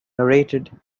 narrated